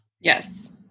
yes